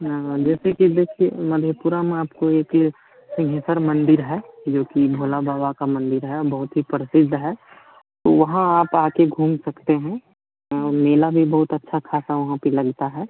हाँ जैसे कि देखिए मधेपुरा में आपको एक सिंहेश्वर मन्दिर है जोकि भोला बाबा का मन्दिर है बहुत ही प्रसिद्ध है तो वहाँ आप आकर घूम सकते हैं और मेला भी बहुत अच्छा खासा वहाँ पर लगता है